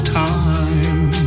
time